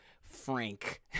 frank